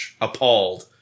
appalled